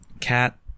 cat